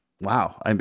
Wow